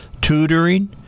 tutoring